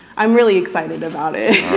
i'm really excited about it.